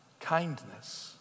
Kindness